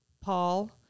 Paul